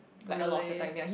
really